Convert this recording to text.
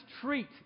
treat